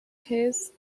his